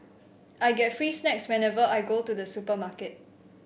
I get free snacks whenever I go to the supermarket